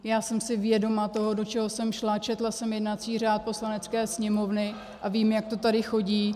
Já jsem si vědoma toho, do čeho jsem šla, četla jsem jednací řád Poslanecké sněmovny a vím, jak to tady chodí.